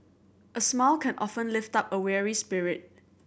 a smile can often lift up a weary spirit